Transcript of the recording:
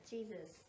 Jesus